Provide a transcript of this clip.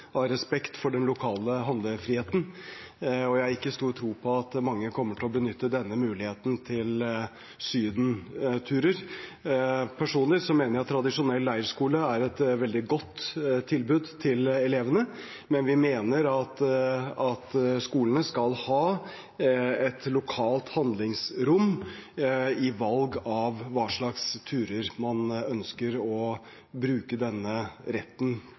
av respekt for den lokale handlefriheten, og jeg har ikke stor tro på at mange kommer til å benytte denne muligheten til sydenturer. Personlig mener jeg at tradisjonell leirskole er et veldig godt tilbud til elevene, men vi mener at skolene skal ha et lokalt handlingsrom i valg av hva slags turer man ønsker, ut fra den plikten kommunene skal ha til å